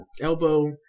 elbow